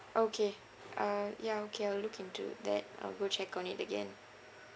okay uh ya okay I'll look into that and I'll go check on it again